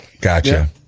Gotcha